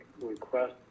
Request